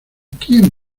quien